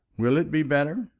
will it be better?